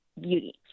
beauty